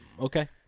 Okay